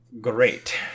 Great